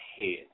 head